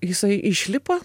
jisai išlipa